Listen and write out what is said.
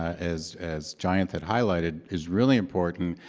as as jayanth had highlighted, is really important.